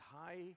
high